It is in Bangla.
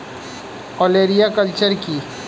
ওলেরিয়া কালচার কি?